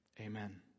Amen